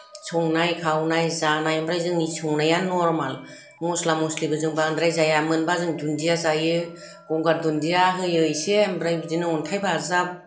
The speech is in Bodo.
संनाय खावनाय जानाय ओमफ्राय जोंनि संनाया नर्माल मसला मसलिबो जों बांद्राय जाया मोनबा जों दुन्दिया जायो गंगार दुन्दिया होयो इसे ओमफ्राय बिदिनो अन्थाइ बाजाब